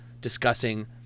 discussing